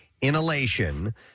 inhalation